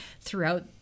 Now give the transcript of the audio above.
throughout